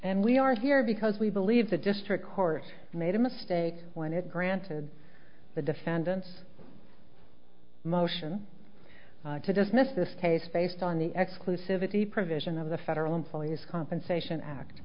and we are here because we believe the district court made a mistake when it granted the defendant's motion to dismiss this case based on the exclusivity provision of the federal employees compensation act